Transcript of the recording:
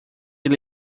ele